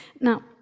Now